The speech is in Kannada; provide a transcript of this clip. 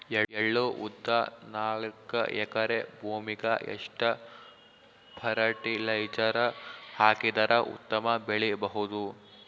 ಎಳ್ಳು, ಉದ್ದ ನಾಲ್ಕಎಕರೆ ಭೂಮಿಗ ಎಷ್ಟ ಫರಟಿಲೈಜರ ಹಾಕಿದರ ಉತ್ತಮ ಬೆಳಿ ಬಹುದು?